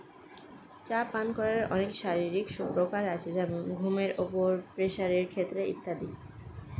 চা পান করার অনেক শারীরিক সুপ্রকার আছে যেমন ঘুমের উপর, প্রেসারের ক্ষেত্রে ইত্যাদি